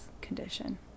condition